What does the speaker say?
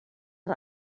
ein